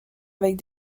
avec